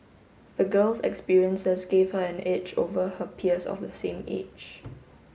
the girl's experiences gave her an edge over her peers of the same age